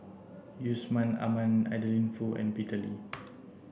Yusman Aman Adeline Foo and Peter Lee